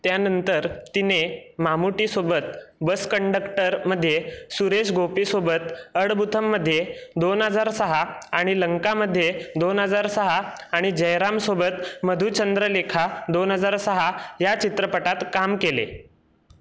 त्यानंतर तिने मामुटीसोबत बस कंडक्टरमध्ये सुरेश गोपीसोबत अडबुथममध्ये दोन हजार सहा आणि लंकामध्ये दोन हजार सहा आणि जयरामसोबत मधुचंद्रलेखा दोन हजार सहा ह्या चित्रपटात काम केले